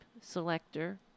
selector